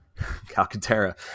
Calcaterra